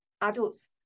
adults